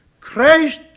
Christ